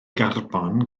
garbon